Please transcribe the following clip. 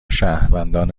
شهروندان